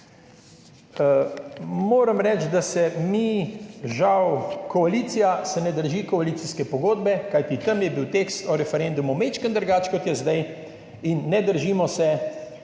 Moram reči, da se žal koalicija ne drži koalicijske pogodbe, kajti tam je bil tekst o referendumu malo drugačen, kot je zdaj, in državni